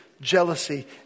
jealousy